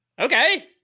Okay